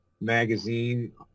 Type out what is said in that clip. magazine